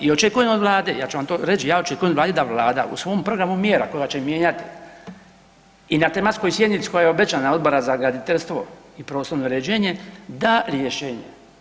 I očekujem od Vlade, ja ću vam to reći, ja očekujem od Vlade da u svom programu mjera koga će mijenjati i na tematskoj sjednici koja je obećana Odbora za graditeljstvo i prostorno uređenje da rješenje.